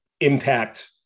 impact